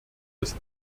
des